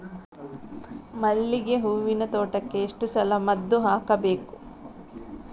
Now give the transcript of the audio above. ಮಲ್ಲಿಗೆ ಹೂವಿನ ತೋಟಕ್ಕೆ ಎಷ್ಟು ಸಲ ಮದ್ದು ಹಾಕಬೇಕು?